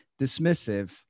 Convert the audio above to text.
dismissive